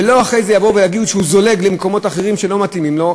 ולא שאחרי זה יבואו ויגידו שהוא זולג למקומות שלא מתאימים לו.